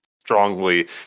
strongly